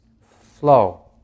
flow